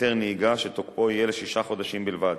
"היתר נהיגה", שתוקפו יהיה לשישה חודשים בלבד,